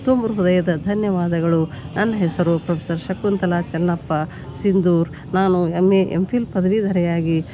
ತುಂಬು ಹೃದಯದ ಧನ್ಯವಾದಗಳು ನನ್ನ ಹೆಸರು ಪ್ರೊಫೆಸರ್ ಶಕುಂತಲಾ ಚನ್ನಪ್ಪ ಸಿಂಧೂರ್ ನಾನು ಎಮ್ ಎ ಎಮ್ ಪಿಲ್ ಪದವಿಧರಳಾಗಿ